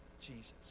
Jesus